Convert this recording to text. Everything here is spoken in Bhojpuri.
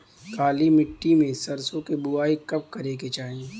काली मिट्टी में सरसों के बुआई कब करे के चाही?